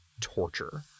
torture